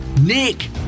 Nick